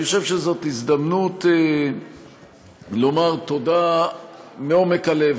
אני חושב שזאת הזדמנות לומר תודה מעומק הלב,